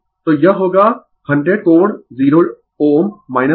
तो यह होगा 100 कोण 0 Ω 73